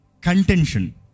Contention